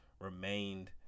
remained